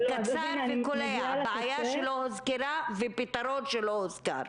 קצר וקולע, בעיה שלא הוזכרה ופתרון שלא הוזכר.